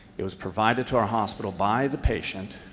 it was provided to our hospital by the patient.